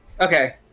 Okay